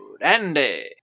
Andy